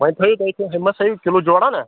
وۄنۍ تھٲیِو ہُمہِ منٛز تھٲیِو کِلوٗ جورہ نہ